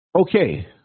Okay